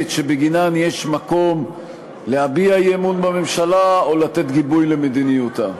שבגינן יש מקום להביע אי-אמון בממשלה או לתת גיבוי למדיניותה.